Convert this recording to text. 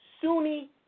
Sunni